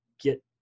get